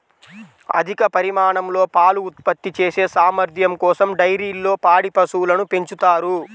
అధిక పరిమాణంలో పాలు ఉత్పత్తి చేసే సామర్థ్యం కోసం డైరీల్లో పాడి పశువులను పెంచుతారు